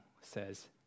says